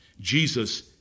Jesus